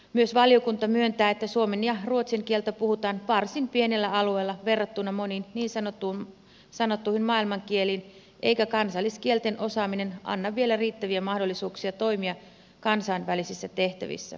myös valiokunta myöntää että suomen ja ruotsin kieltä puhutaan varsin pienellä alueella verrattuna moniin niin sanottuihin maailmankieliin eikä kansalliskielten osaaminen anna vielä riittäviä mahdollisuuksia toimia kansainvälisissä tehtävissä